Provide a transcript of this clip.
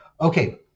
okay